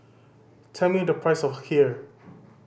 tell me the price of Kheer